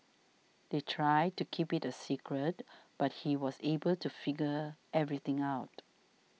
they tried to keep it a secret but he was able to figure everything out